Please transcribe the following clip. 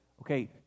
okay